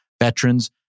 veterans